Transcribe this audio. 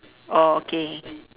oh okay